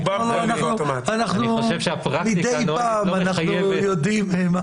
אנחנו מדי פעם יודעים...